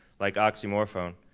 like oxymorphone.